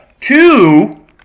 Two